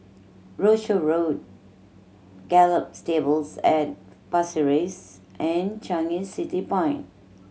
Rochor Road Gallop Stables at Pasir Ris and Changi City Point